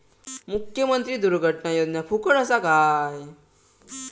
मुख्यमंत्री दुर्घटना योजना फुकट असा काय?